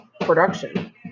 production